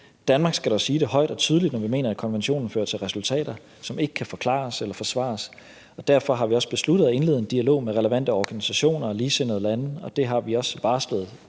Danmark skal dog sige det højt og tydeligt, når vi mener, at konventionen fører til resultater, som ikke kan forklares eller forsvares, og derfor har vi også besluttet at indlede en dialog med relevante organisationer og ligesindede lande. Det har vi også varslet